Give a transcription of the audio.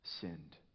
sinned